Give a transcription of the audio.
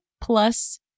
plus